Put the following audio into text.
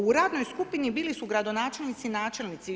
U radnoj skupini bili su gradonačelnici i načelnici.